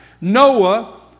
Noah